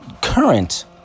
current